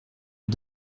aux